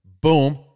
boom